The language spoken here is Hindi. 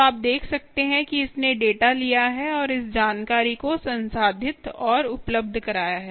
तो आप देख सकते हैं कि इसने डेटा लिया है और इस जानकारी को संसाधित और उपलब्ध कराया है